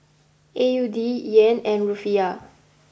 A U D Yen and Rufiyaa